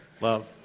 love